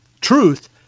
truth